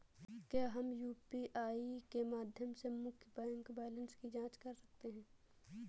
क्या हम यू.पी.आई के माध्यम से मुख्य बैंक बैलेंस की जाँच कर सकते हैं?